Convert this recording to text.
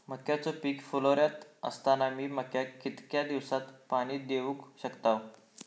मक्याचो पीक फुलोऱ्यात असताना मी मक्याक कितक्या दिवसात पाणी देऊक शकताव?